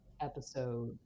episode